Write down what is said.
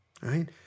Right